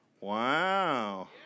Wow